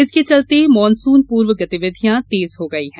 इसके चलते मानसून पूर्व गतिविधियां तेज हो गई हैं